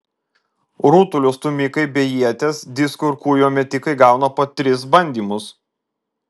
rutulio stūmikai bei ieties disko ir kūjo metikai gauna po tris bandymus